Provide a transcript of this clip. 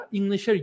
English